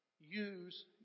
Use